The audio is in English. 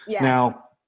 Now